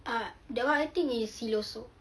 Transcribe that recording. ah that one I think is siloso